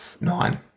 Nine